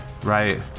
Right